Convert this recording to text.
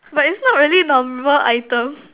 but is not really normal item